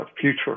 future